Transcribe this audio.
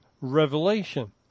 Revelation